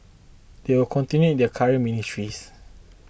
they will continue in their current ministries